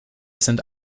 sind